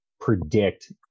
predict